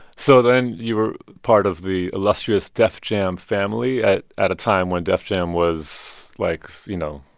so then you were part of the illustrious def jam family at at a time when def jam was, like, you know.